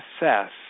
assess